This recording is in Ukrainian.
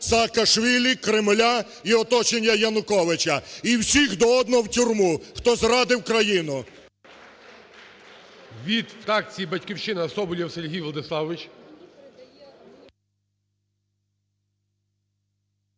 Саакашвілі, Кремля і оточення Януковича. І всіх до одного в тюрму, хто зрадив країну. ГОЛОВУЮЧИЙ. Від фракції "Батьківщина" Соболєв Сергій Владиславович.